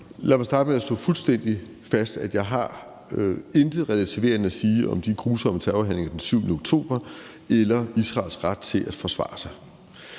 Lad mig starte med at slå fuldstændig fast, at jeg intet relativerende har at sige om de grusomme terrorhandlinger den 7. oktober eller Israels ret til at forsvare sig.